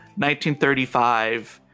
1935